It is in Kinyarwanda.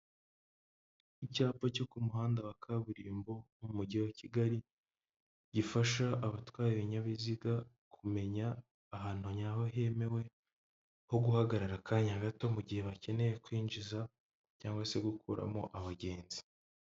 Icyapa cyo ku muhanda wa kaburimbo mu mujyi wa Kigali gifasha abatwaye ibinyabiziga kumenya ahantu nyayo hemewe ho guhagarara akanya gato mugihe bakeneye kwinjiza cyangwa se gukuramo abagenzi.